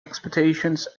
expectations